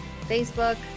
Facebook